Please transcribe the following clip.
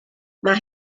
mae